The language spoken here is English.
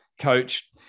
coach